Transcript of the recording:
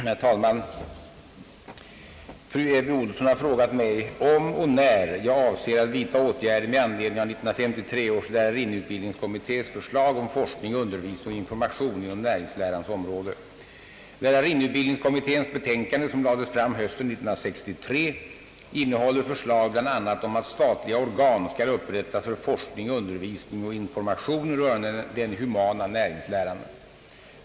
Herr talman! Fru Elvy Olsson har frågat mig om och när jag avser att vidta åtgärder med anledning av 1953 års lärarinneutbildningskommittés förslag om forskning, undervisning och Lärarinneutbildningskommitténs betänkande, som lades fram hösten 1963, innehåller förslag bl.a. om att statliga organ skall upprättas för forskning, undervisning och information rörande den humana näringsläran.